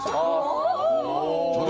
oh,